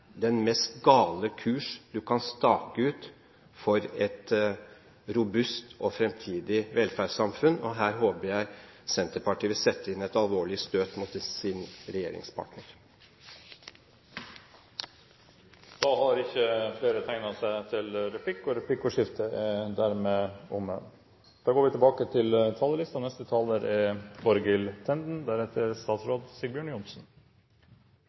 den mest gale kurs du kan stake ut for et robust og framtidig velferdssamfunn. Her håper jeg Senterpartiet vil sette inn et alvorlig støt mot sin regjeringspartner. Replikkordskiftet er omme. De rammer for statsbudsjettet for 2012 som flertallet i dag slutter opp om, er på mange måter – slik Venstre ser det – litt politikkfrie og helt ufarlige. Det er